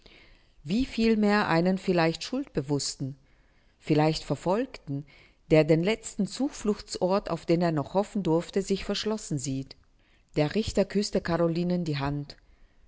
wie vielmehr einen vielleicht schuldbewußten vielleicht verfolgten der den letzten zufluchtsort auf den er noch hoffen durfte sich verschlossen sieht der richter küßte carolinen die hand